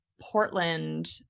Portland